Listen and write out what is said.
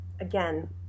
again